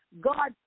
God